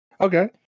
Okay